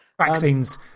vaccines